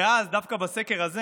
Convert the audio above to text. דווקא בסקר הזה